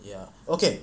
ya okay